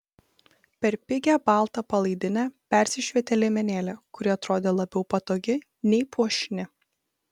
per pigią baltą palaidinę persišvietė liemenėlė kuri atrodė labiau patogi nei puošni